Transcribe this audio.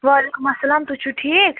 وعلیکُم اسلام تُہۍ چھُو ٹھیٖک